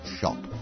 shop